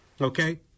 Okay